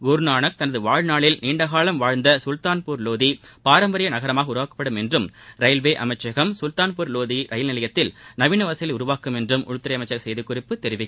குருநானக் தனது வாழ்நாளில் நீண்ட காலம் வாழ்ந்த சுல்தான்பூர் லோதி பாரம்பரிய நகரமாக உருவாக்கப்படும் என்றும் ரயில்வே அமைச்சகம் சுல்தான்பூர் லோதி ரயில் நிலையத்தில் நவீன வசதிகளை உருவாக்கும் என்றும் உள்துறை அமைச்சக செய்திக் குறிப்பு தெரிவிக்கிறது